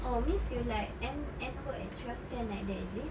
oh means you like end end work at twelve ten like that is it